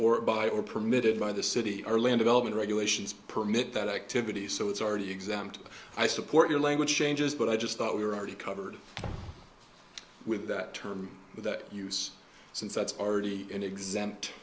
or by or permitted by the city early in development regulations permit that activity so it's already exempt i support your language changes but i just thought we were already covered with that term use since that's already an exempt